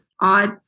odd